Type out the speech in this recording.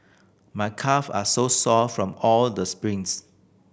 my calve are sore from all the sprints